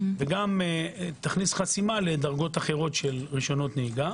ותכניס סימן לדרגות אחרות של רשיונות נהיגה